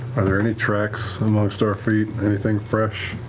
are there any tracks amongst our feet? anything fresh?